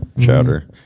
Chowder